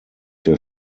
der